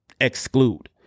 exclude